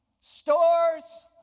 Stores